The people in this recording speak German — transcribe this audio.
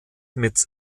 mit